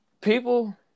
people